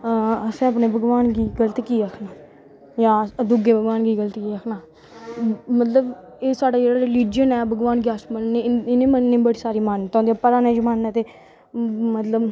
आं असें अपने भगवान गी गलत की आक्खना जां भी दूऐ भगवान गी गलत की निं आक्खना मतलब एह् साढ़ा जेह्का इक्क रिलीज़न ऐ भगवान गी अस मन्नने आं इनेंगी मन्नने गी बड़ी साैरी मान्यता होंदी पराने जमानै ते मतलब